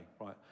right